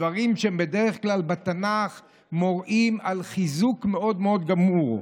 דברים שבדרך כלל בתנ"ך מורים על חיזוק מאוד מאוד גמור.